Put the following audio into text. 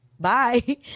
Bye